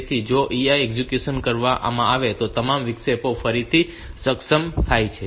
તેથી જો EI execute કરવામાં આવે તો તમામ વિક્ષેપો ફરીથી સક્ષમ થાય છે